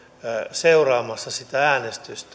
seuraamassa sitä äänestystä niin